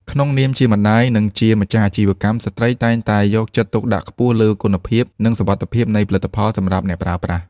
ក្នុងនាមជាអ្នកម្តាយ និងជាម្ចាស់អាជីវកម្ម ស្ត្រីតែងតែយកចិត្តទុកដាក់ខ្ពស់លើគុណភាព និងសុវត្ថិភាពនៃផលិតផលសម្រាប់អ្នកប្រើប្រាស់។